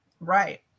Right